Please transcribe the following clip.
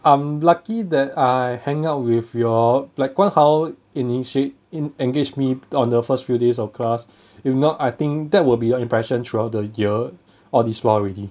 I'm lucky that I hang out with you all like guan hao initiate in engage me on the first few days of class if not I think that will be your impression throughout the year or this month already